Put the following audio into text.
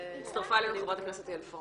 הצטרפה אלינו חברת הכנסת יעל פארן.